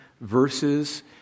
verses